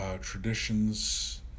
traditions